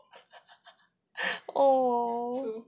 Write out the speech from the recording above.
oh